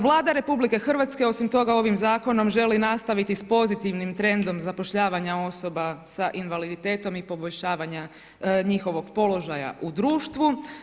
Vlada RH osim toga ovim zakonom želi nastaviti s pozitivnim trendom zapošljavanja osoba s invaliditetom i poboljšavanja njihovog položaja u društvu.